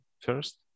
first